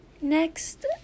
Next